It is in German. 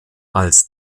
als